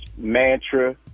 mantra